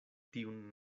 tiun